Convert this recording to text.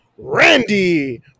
Randy